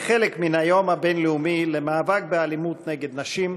כחלק מהיום הבין-לאומי למאבק באלימות כלפי נשים,